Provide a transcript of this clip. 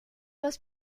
los